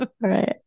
Right